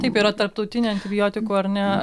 taip yra tarptautinė antibiotikų ar ne